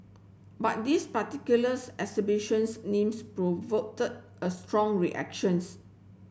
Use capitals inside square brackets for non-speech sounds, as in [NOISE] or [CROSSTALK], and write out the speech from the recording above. but this particulars exhibitions names [UNINTELLIGIBLE] a strong reactions